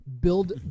build